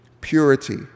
purity